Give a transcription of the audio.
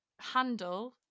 handle